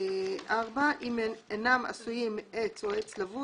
"(4)אם אינם עשויים עץ או עץ לבוד,